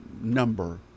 number